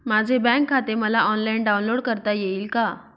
माझे बँक खाते मला ऑनलाईन डाउनलोड करता येईल का?